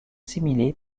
similé